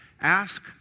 Ask